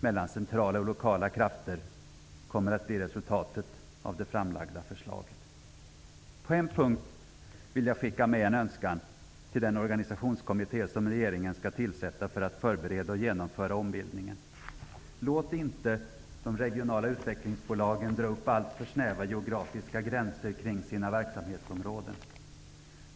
mellan centrala och lokala krafter kommer att bli resultatet av det framlagda förslaget. På en punkt vill jag skicka med en önskan till den organisationskommitté som regeringen skall tillsätta för att förbereda och genomföra ombildningen: Låt inte de regionala utvecklingsbolagen dra upp alltför snäva geografiska gränser kring sina verksamhetsområden.